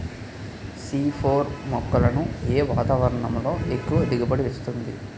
C four మొక్కలను ఏ వాతావరణంలో ఎక్కువ దిగుబడి ఇస్తుంది?